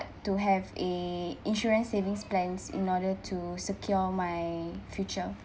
to have a insurance savings plans in order to secure my future